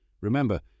Remember